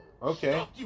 Okay